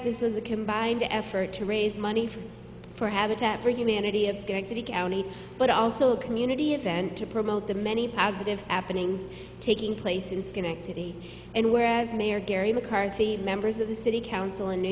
this is a combined effort to raise money from for habitat for humanity of schenectady county but also a community event to promote the many positive apennines taking place in schenectady and where as mayor garry mccarthy members of the city council in new